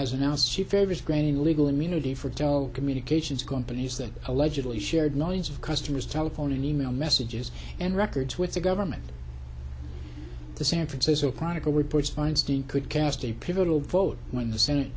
has announced she favors granting legal immunity for telecommunications companies that allegedly shared millions of customers telephone and e mail messages and records with the government the san francisco chronicle reports feinstein could cast a pivotal vote when the senate